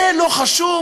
זה לא חשוב?